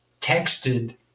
texted